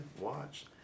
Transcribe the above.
watch